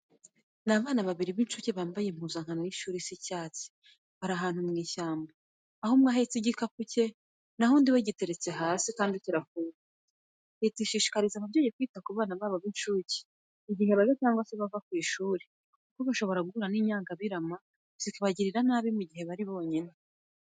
Ni abana babiri b'incuke bambaye impuzankano y'ishuri isa icyatsi. Bari ahanu mu ishyamba, aho umwe ahentse igikapu cye naho undi we giteretse hasi kandi kirafunguye. Leta ishishikariza ababyeyi kwita ku bana babo b'incuke igihe bajya cyangwa se bava ku ishuri kuko bashobora guhura n'inyangabirama zikabagirira nabi mu guhe bari binyine.